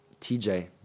TJ